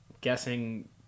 Guessing